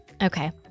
Okay